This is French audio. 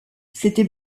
c’était